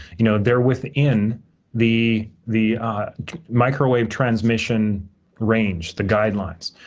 you know they're within the the microwave transmission range, the guidelines.